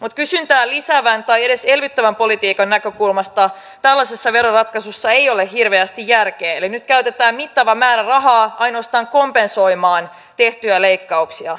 mutta kysyntää lisäävän tai edes elvyttävän politiikan näkökulmasta tällaisessa veroratkaisussa ei ole hirveästi järkeä eli nyt käytetään mittava määrä rahaa ainoastaan kompensoimaan tehtyjä leikkauksia